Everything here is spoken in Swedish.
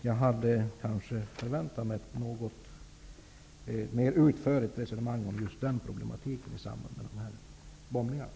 Jag hade nog förväntat mig ett något mer utförligt resonemang om just problematiken i samband med bombningarna.